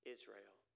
Israel